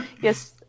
Yes